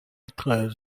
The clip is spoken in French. être